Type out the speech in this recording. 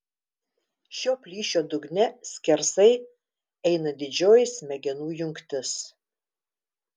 šio plyšio dugne skersai eina didžioji smegenų jungtis